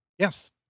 Yes